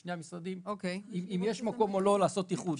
שני המשרדים אם יש מקום או לא לעשות איחוד.